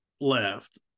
left